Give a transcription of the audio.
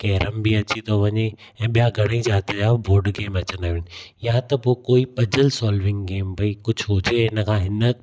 carrom बि अची थो वञी ऐं ॿिया घणे ई जात जा बोर्ड गेम अचंदा आहिनि या त पोइ कोई पजन सॉल्विंग गेम भाई कुझु हुजे इन खां हिन